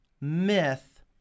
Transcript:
myth